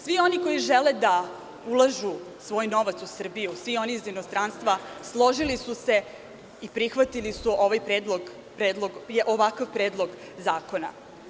Svi oni koji žele da ulažu svoj novac u Srbiju, svi oni iz inostranstva složili su se i prihvatili su ovakav predlog zakona.